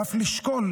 ואף לשקול